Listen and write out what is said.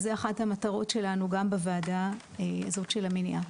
אז זה אחת המטרות שלנו גם בוועדה הזאת של המניעה.